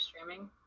streaming